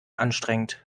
anstrengend